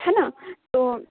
है न तो